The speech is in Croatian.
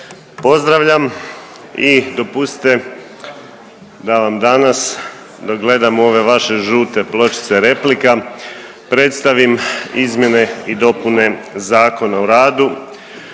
pozdravljam i dopustite da vam danas dok gledam u ove vaše žute pločice replika predstavim izmjene i dopune Zakona o radu